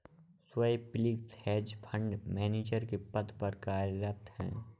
Swapnil hedge fund manager के पद पर कार्यरत है